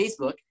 Facebook